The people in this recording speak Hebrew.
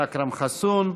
אכרם חסון,